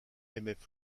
aimaient